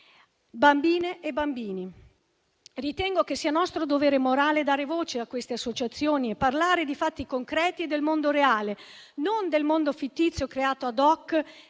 bambine e bambini. Ritengo che sia nostro dovere morale dare voce a queste associazioni e parlare di fatti concreti e del mondo reale, non del mondo fittizio creato *ad hoc*